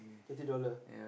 thirty dollar